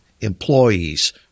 employees